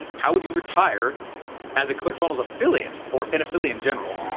how would you retire as a clickfunnels affiliate or an affiliate in general,